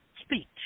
Speech